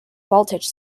voltage